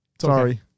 Sorry